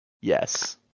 yes